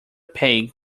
peg